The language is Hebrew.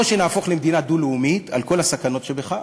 או שנהפוך למדינה דו-לאומית, על כל הסכנות שבכך,